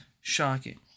shocking